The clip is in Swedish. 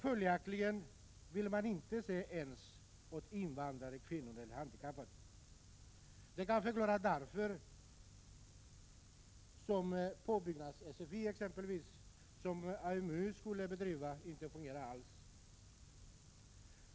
Följaktligen vill företagen inte ens se åt invandrarkvinnorna eller de handikappade. Det kanske är därför som påbyggnads-SFI som AMU skulle bedriva inte fungerar alls.